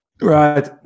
Right